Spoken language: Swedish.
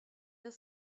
jag